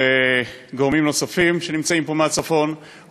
וגורמים נוספים מהצפון שנמצאים פה,